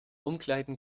umkleiden